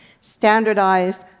standardized